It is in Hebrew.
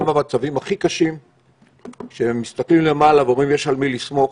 אם במצבים הכי קשים מסתכלים למעלה ורואים שיש על מי לסמוך